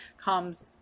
comes